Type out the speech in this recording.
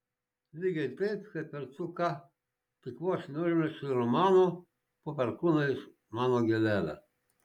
lygiai taip kaip ir tu ką tik vos neužmezgei romano po perkūnais mano gėlele